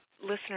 listeners